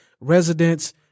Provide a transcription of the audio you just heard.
residents